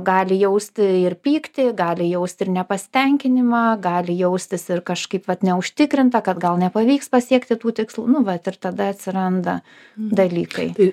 gali jausti ir pyktį gali jaust ir nepasitenkinimą gali jaustis ir kažkaip vat neužtikrinta kad gal nepavyks pasiekti tų tikslų nu vat ir tada atsiranda dalykai